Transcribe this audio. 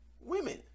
women